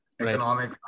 economic